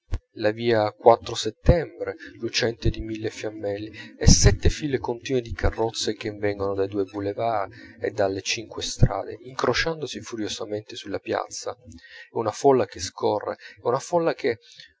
la via quattro settembre lucente di mille fiammelle e sette file continue di carrozze che vengono dai due boulevards e dalle cinque strade incrociandosi furiosamente sulla piazza e una folla che accorre e una folla che